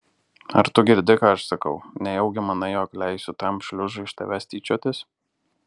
ar tu girdi ką aš sakau nejaugi manai jog leisiu tam šliužui iš tavęs tyčiotis